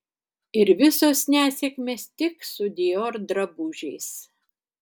ir visos nesėkmės tik su dior drabužiais